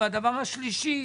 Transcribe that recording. הדבר השלישי.